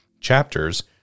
chapters